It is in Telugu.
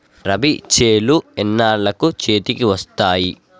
రబీ చేలు ఎన్నాళ్ళకు చేతికి వస్తాయి?